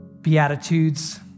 Beatitudes